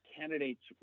candidates